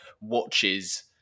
watches